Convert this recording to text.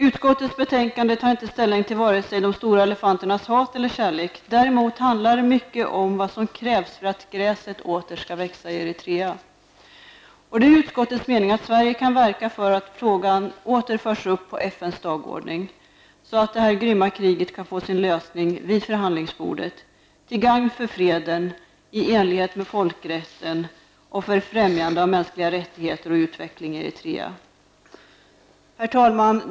Utskottets betänkande tar inte ställning vare sig till de stora elefanternas hat eller kärlek -- däremot handlar det mycket om vad som krävs för att gräset åter skall växa i Eritrea. Det är utskottets mening att Sverige skall verka för att frågan åter förs upp på FNs dagordning, så att detta grymma krig kan få sin lösning vid förhandlingsbordet, till gagn för freden i enlighet med folkrätten och för främjande av mänskliga rättigheter och utveckling i Eritrea. Herr talman!